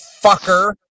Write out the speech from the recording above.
fucker